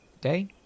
day